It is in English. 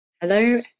Hello